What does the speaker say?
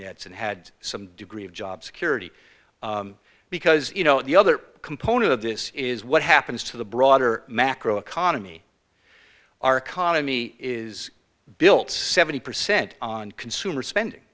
nets and had some degree of job security because you know the other component of this is what happens to the broader macro economy our economy is built seventy percent on consumer spending